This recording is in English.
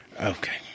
Okay